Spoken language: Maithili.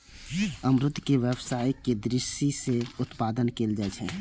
अमरूद के व्यावसायिक दृषि सं उत्पादन कैल जाइ छै